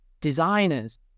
designers